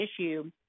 issue